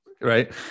right